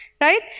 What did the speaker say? right